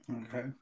Okay